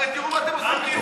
הרי תראו מה אתם עושים,